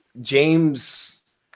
James